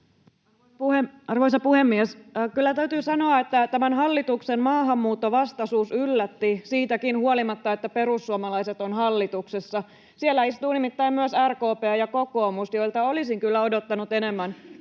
Arvoisa puhemies! Kyllä täytyy sanoa, että tämän hallituksen maahanmuuttovastaisuus yllätti — siitäkin huolimatta, että perussuomalaiset ovat hallituksessa. Siellä istuvat nimittäin myös RKP ja kokoomus, joilta olisin kyllä odottanut enemmän